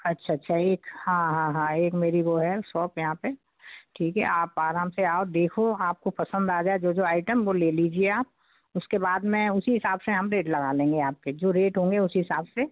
अच्छा अच्छा एक हाँ हाँ हाँ एक मेरी वह है सॉप यहाँ पर ठीक है आप आराम से आओ देखो आपको पसंद आ जाए जो जो आइटम वह ले लीजिए आप उसके बाद मैं उसी हिसाब से हम रेट लगा लेंगे आपके जो रेट होंगे उसी हिसाब से